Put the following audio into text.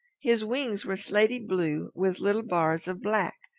his wings were slaty-blue with little bars of black,